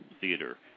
theater